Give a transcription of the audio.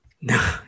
No